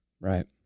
Right